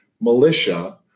militia